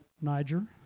Niger